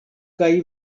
kaj